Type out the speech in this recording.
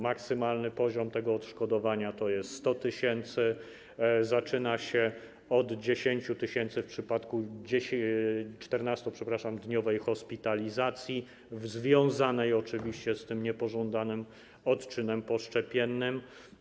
Maksymalny poziom tego odszkodowania to jest 100 tys., zaczyna się od 10 tys. w przypadku 14-dniowej hospitalizacji związanej oczywiście z tym niepożądanym odczynem poszczepiennym.